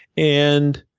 and